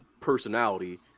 personality